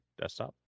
desktop